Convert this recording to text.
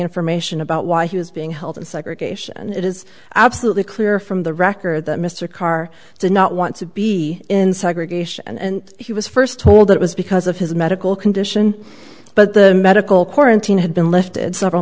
information about why he was being held in segregation and it is absolutely clear from the record that mr karr did not want to be in segregation and he was first told it was because of his medical condition but the medical corps in thousand had been lifted several